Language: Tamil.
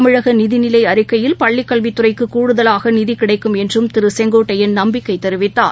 தமிழகநிதிநிலைஅறிக்கையில் பள்ளிக்கல்வித்துறைக்குகூடுதலாகநிதிகிடைக்கும் என்றம் திருசெங்கோட்டையன் நம்பிக்கைதெரிவித்தார்